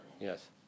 Yes